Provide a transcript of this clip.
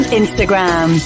instagram